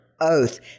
oath